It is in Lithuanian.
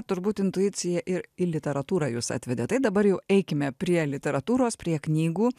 turbūt intuicija ir į literatūrą jus atvedė tai dabar jau eikime prie literatūros prie knygų